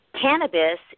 Cannabis